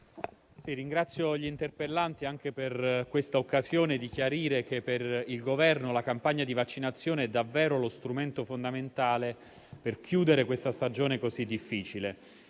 ringrazio gli interroganti per l'occasione di chiarire che per il Governo la campagna di vaccinazione è davvero lo strumento fondamentale per chiudere questa stagione così difficile.